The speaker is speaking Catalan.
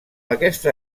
aquesta